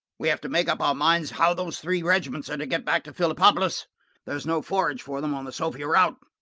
we have to make up our minds how those three regiments are to get back to phillipopolis there's no forage for them on the sofia route.